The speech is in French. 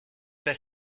pas